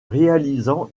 réalisant